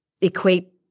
equate